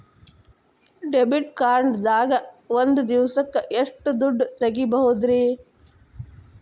Debit card ದಾಗ ಒಂದ್ ದಿವಸಕ್ಕ ಎಷ್ಟು ದುಡ್ಡ ತೆಗಿಬಹುದ್ರಿ?